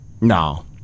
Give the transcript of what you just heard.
No